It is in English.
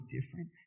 different